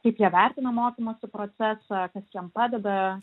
kaip jie vertina mokymosi procesą kas jiem padeda